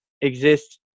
exist